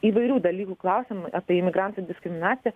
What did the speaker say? įvairių dalykų klausėm apie imigrantų diskriminaciją